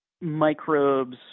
microbes